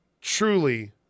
truly